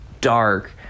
dark